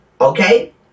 okay